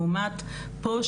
לעומת פה,